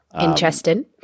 Interesting